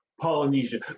Polynesia